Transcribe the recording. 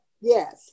yes